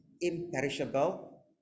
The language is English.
imperishable